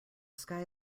sky